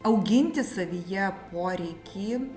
auginti savyje poreikį